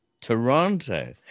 toronto